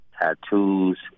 tattoos